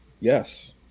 Yes